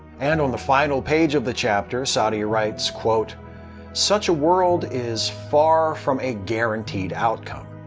and on the final page of the chapter, saadia writes, such a world is far from a guaranteed outcome.